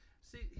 See